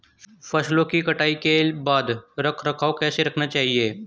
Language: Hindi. फसलों की कटाई के बाद रख रखाव कैसे करना चाहिये?